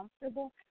comfortable